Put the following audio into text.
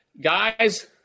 guys